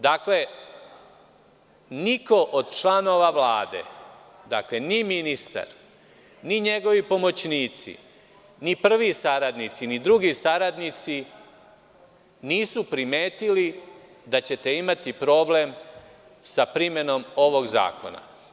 Dakle, niko od članova Vlade, ni ministar, ni njegovi pomoćnici, ni prvi saradnici, ni drugi saradnici, nisu primetili da ćete imati problem sa primenom ovog zakona.